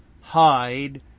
Hide